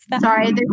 Sorry